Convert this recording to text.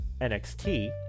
nxt